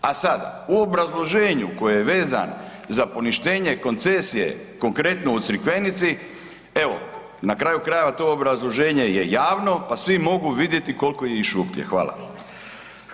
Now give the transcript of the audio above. A sada, u obrazloženju koje je vezano za poništenje koncesije konkretno u Crikvenici, evo na kraju krajeva, to obrazloženje je javno pa svi mogu vidjeti koliko im je šuplje.